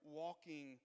walking